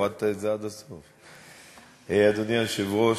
אדוני היושב-ראש,